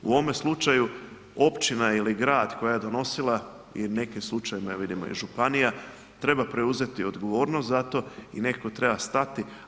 U ovome slučaju, općina ili grad koja je donosila i u nekim slučajevima, vidimo, županija, treba preuzeti odgovornost za to i netko treba stati.